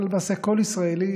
ולמעשה כל ישראלי,